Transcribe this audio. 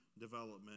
development